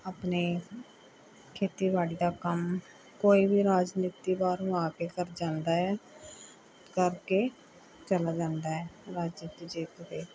ਆਪਣਾ ਖੇਤੀਬਾੜੀ ਦਾ ਕੰਮ ਕੋਈ ਵੀ ਰਾਜਨੀਤੀ ਬਾਹਰੋਂ ਆ ਕੇ ਕਰ ਜਾਂਦਾ ਹੈ ਕਰਕੇ ਚਲਾ ਜਾਂਦਾ ਹੈ ਰਾਜਨੀਤੀ ਜੇ ਕਿਤੇ